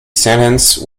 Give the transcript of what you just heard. sentence